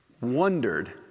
wondered